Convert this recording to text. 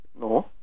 No